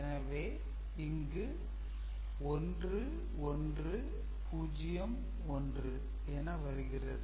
எனவே இங்கு 1 1 0 1 என வருகிறது